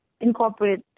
incorporate